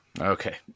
Okay